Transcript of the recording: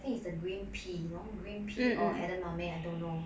I think it's the green pea long green pea or edamame I don't know